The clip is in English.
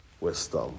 wisdom